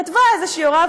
כתבה הוראה,